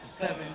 seven